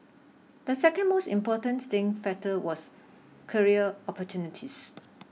the second most important staying factor was career opportunities